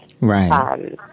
Right